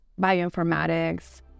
bioinformatics